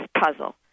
puzzle